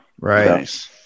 Right